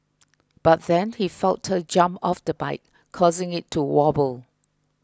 but then he felt her jump off the bike causing it to wobble